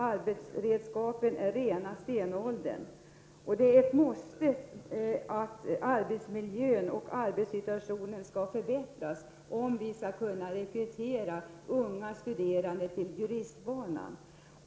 Arbetsredskapet är rena stenåldern. Det är ett måste att arbetsmiljön och arbetssituationen förbättras om vi skall kunna rekrytera unga studerande till juristbanan.